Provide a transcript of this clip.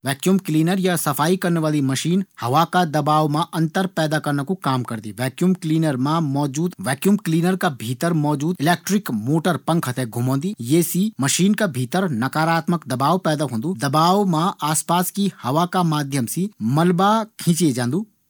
Vacuum cleaner या सफाई करना वाली मशीन हवा का दबाव मा अंतर पैदा करना कू काम करदी। वैक्यूम क्लीनर का भीतर मौजूद इलेक्ट्रिक मोटर पंखा थें घूमोन्दी। ये सी मशीन का भीतर नकारात्मक दबाव पैदा होंदु। दबाव मा आस पास की हवा का माध्यम से मलवा खींचे जांदू।